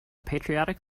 patriotic